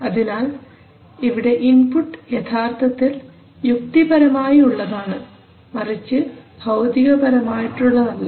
അതിനാൽ ഇവിടെ ഇൻപുട്ട് യഥാർത്ഥത്തിൽ യുക്തിപരമായി ഉള്ളതാണ് മറിച്ച് ഭൌതികപരമായിട്ടുള്ളതല്ല